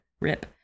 Rip